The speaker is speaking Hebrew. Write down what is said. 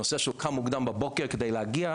נושא שהוא קם מוקדם בבוקר כדי להגיע,